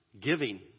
Giving